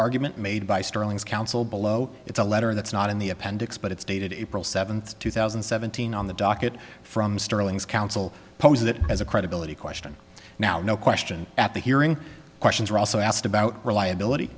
argument made by sterling's counsel below it's a letter that's not in the appendix but it's dated april seventh two thousand and seventeen on the docket from sterling's counsel pose that as a credibility question now no question at the hearing questions were also asked about reliability